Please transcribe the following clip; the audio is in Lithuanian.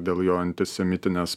dėl jo antisemitinės